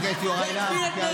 על